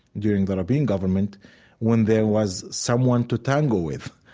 during the rabin government when there was someone to tango with.